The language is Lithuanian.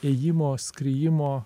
įėjimo skriejimo